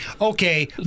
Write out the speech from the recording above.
Okay